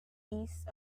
east